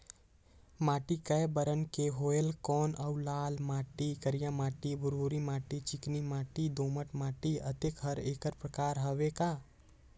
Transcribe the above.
माटी कये बरन के होयल कौन अउ लाल माटी, करिया माटी, भुरभुरी माटी, चिकनी माटी, दोमट माटी, अतेक हर एकर प्रकार हवे का?